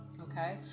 Okay